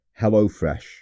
hellofresh